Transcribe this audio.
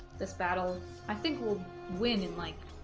this battle i think will win in like